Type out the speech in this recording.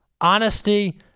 honesty